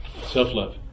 Self-love